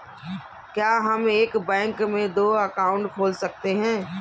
क्या हम एक बैंक में दो अकाउंट खोल सकते हैं?